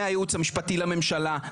מהייעוץ המשפטי לממשלה,